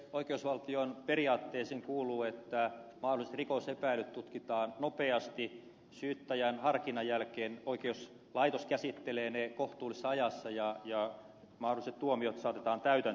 oikeusvaltion periaatteisiin kuuluu että mahdolliset rikosepäilyt tutkitaan nopeasti syyttäjän harkinnan jälkeen oikeuslaitos käsittelee ne kohtuullisessa ajassa ja mahdolliset tuomiot saatetaan täytäntöön